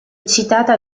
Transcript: citata